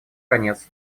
конец